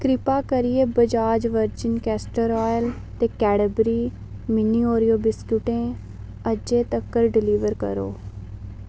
किरपा करियै Bajaj virgin castor oil ते कैडबरी मिनी ओरियो बिस्कुटें अज्जै तक्कर डलीवर करो